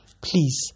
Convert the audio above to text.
Please